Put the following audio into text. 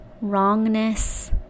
wrongness